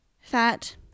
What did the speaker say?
Fat